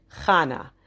Chana